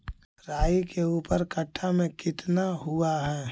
राई के ऊपर कट्ठा में कितना हुआ है?